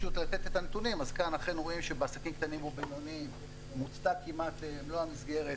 כאן אכן רואים שבעסקים קטנים ובינוניים מוצתה כמעט מלוא המסגרת